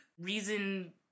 reason